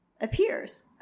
appears